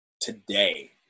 today